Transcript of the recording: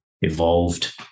evolved